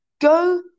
Go